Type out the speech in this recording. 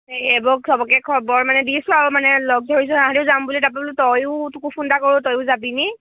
এই এইবোৰক চবকে খবৰ মানে দিছোঁ আৰু মানে লগ ধৰিছোঁ যাম বুলি তাৰ পৰা তয়ো তোকো ফোন এটা কৰোঁ তয়ো যাবি নি